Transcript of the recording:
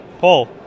Paul